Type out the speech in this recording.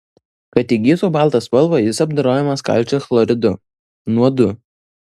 kad įgytų baltą spalvą jis apdorojamas kalcio chloridu nuodu